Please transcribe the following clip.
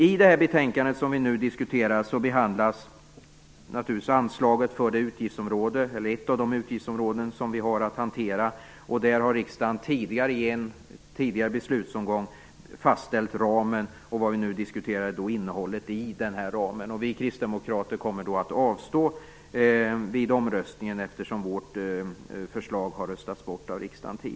I det betänkande som vi nu diskuterar behandlas anslaget för ett av de utgiftsområden som vi har hantera. Där har riksdagen i en tidigare beslutsomgång fastställt ramen och innehållet i denna. Vi kristdemokrater kommer att avstå från att rösta, eftersom vårt förslag tidigare har röstats ned av riksdagen.